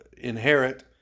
inherit